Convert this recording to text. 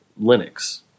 Linux